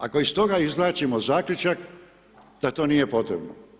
Ako iz toga izvlačimo zaključak da to nije potrebno.